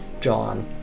John